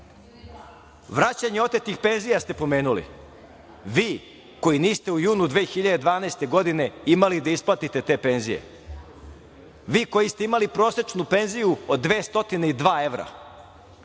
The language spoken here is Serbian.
nebo. Vraćanje otetih penzija ste pomenuli. Vi, koji niste u junu 2012. godine imali da isplatite te penzije?! Vi, koji ste imali prosečnu penziju od 202 evra.